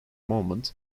moment